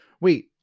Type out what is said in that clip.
wait